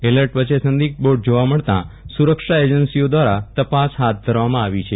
alert વચ્ચે સંદિગ્ધ boat જોવા મળતા સુરક્ષા એજન્સીઓ દવારા તપાસ હાથ ધરવામાં આવી છે